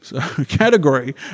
category